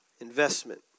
Investment